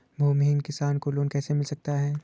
भूमिहीन किसान को लोन कैसे मिल सकता है?